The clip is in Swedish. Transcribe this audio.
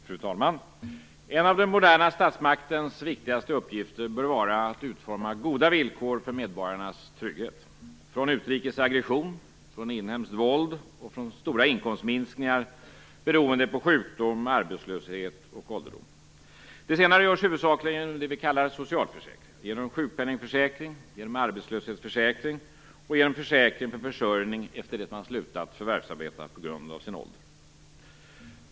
Fru talman! En av den moderna statsmaktens viktigaste uppgifter bör vara att utforma goda villkor för medborgarnas trygghet och skydda dem mot utrikes aggression, mot inhemskt våld och mot stora inkomstminskningar beroende på sjukdom, arbetslöshet och ålderdom. Det senare görs huvudsakligen inom det vi kallar socialförsäkring - genom sjukpenningförsäkring, genom arbetslöshetsförsäkring och genom försäkring för försörjning efter det att man slutat förvärvsarbeta på grund av sin ålder.